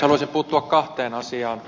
haluaisin puuttua kahteen asiaan